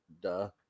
Duh